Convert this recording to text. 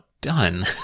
done